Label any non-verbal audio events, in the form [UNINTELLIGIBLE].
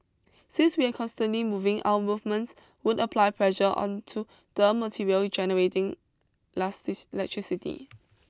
since we are constantly moving our movements would apply pressure onto the material generating [UNINTELLIGIBLE] electricity